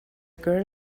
girl